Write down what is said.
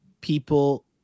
people